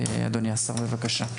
אדוני השר, בבקשה.